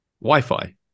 wi-fi